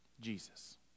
Jesus